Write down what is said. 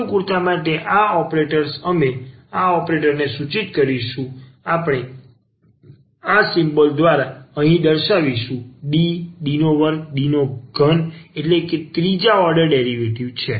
અનુકૂળતા માટે આ ઓપરેટર્સ અમે આ ઓપરેટર્સને સૂચિત કરીશું આપણે આ સિમ્બોલસ દ્વારા અહીં સૂચવીશું DD2D3એટલે આ ત્રીજી ઓર્ડર ડેરિવેટિવ છે